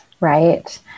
Right